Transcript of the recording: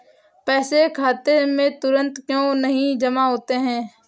पैसे खाते में तुरंत क्यो नहीं जमा होते हैं?